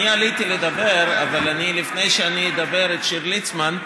אני עליתי לדבר, אבל לפני שאני אדבר בקשר לליצמן,